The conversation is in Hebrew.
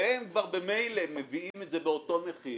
והם כבר במילא מביאים את זה באותו מחיר,